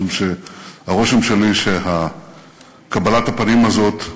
משום שהרושם שלי שקבלת הפנים הזאת,